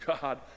God